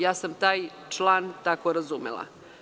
Ja sam taj član tako razumela.